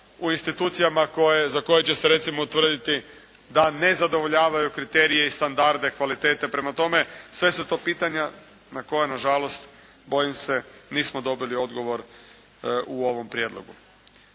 u institucijama za koje će se utvrditi da ne zadovoljavaju standarde kvalitete prema tome sve su to pitanja na koja na žalost bojim se nismo dobili odgovor u ovom Prijedlogu.